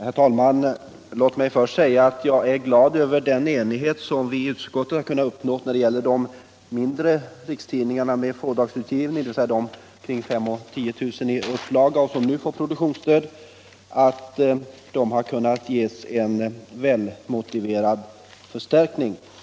Herr talman! Låt mig först säga att jag är glad över den enighet som vi i utskottet har kunnat uppnå när det gäller de mindre rikstidningarna med fådagarsutgivning, dvs. de med en upplaga på 5 000 till 10 000 exemplar. De får nu förhöjt produktionsstöd och därmed en väl motiverad förstärkning.